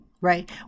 right